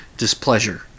displeasure